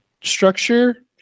structure